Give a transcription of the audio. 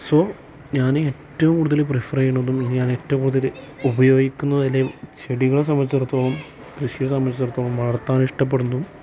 so ഞാൻ ഏറ്റവും കൂടുതൽ പ്രിഫർ ചെയ്യണതും ഞാൻ ഏറ്റവും കൂടുതൽ ഉപയോഗിക്കുന്നതും അതിൽ ചെടികളെ സംബന്ധിച്ചെടുത്തോളം കൃഷിയെ സംബന്ധിച്ചെടുത്തോളം വളർത്താൻ ഇഷ്ടപ്പെടുന്നതും